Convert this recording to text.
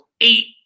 eight